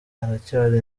aracyari